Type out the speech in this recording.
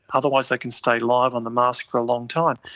otherwise they can stay live on the mask for a long time.